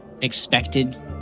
expected